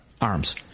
arms